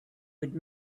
would